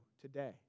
today